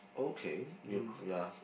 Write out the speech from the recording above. okay y~ ya